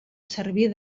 servir